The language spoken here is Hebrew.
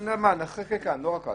אתה יודע מה, נחכה כאן, לא רק הלאה.